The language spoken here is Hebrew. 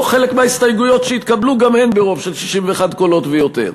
או שחלק מהסתייגויות שהתקבלו גם הן ברוב של 61 קולות ויותר.